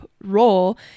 role